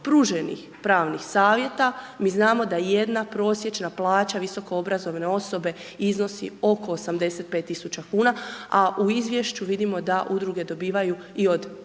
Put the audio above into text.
pruženih pravnih savjeta. Mi znamo da jedna prosječna plaća visokoobrazovane osobe iznosi oko 85.000,00 kn, a u Izvješću vidimo da Udruge dobivaju i od,